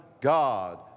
God